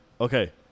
Okay